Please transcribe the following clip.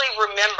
remember